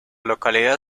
localidad